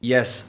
Yes